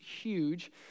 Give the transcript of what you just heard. huge